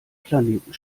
planeten